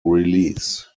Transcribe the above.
release